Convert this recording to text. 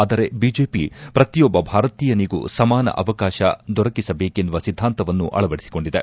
ಆದರೆ ಬಿಜೆಪಿ ಪ್ರತಿಯೊಬ್ಲ ಭಾರತೀಯನಿಗೂ ಸಮಾನ ಅವಕಾಶ ದೊರಕಿಸಬೇಕೆನ್ನುವ ಸಿದ್ದಾಂತವನ್ನು ಅಳವಡಿಸಿಕೊಂಡಿದೆ